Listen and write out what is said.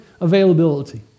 availability